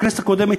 בכנסת הקודמת,